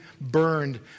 burned